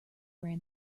ran